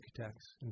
architects